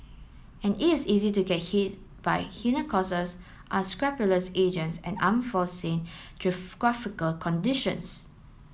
and it is easy to get hit by hidden unscrupulous agents and unforeseen geographical conditions